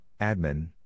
Admin